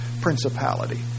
principality